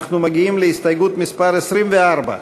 אנחנו מגיעים להסתייגות מס' 24,